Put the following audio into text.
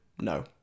no